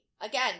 Again